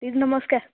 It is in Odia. ଦିଦି ନମସ୍କାର